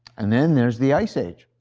and then there's the ice age.